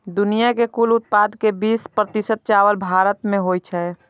दुनिया के कुल उत्पादन के बीस प्रतिशत चावल भारत मे होइ छै